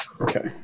Okay